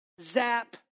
zap